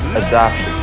adoption